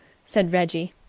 said reggie.